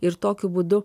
ir tokiu būdu